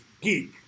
geek